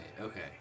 okay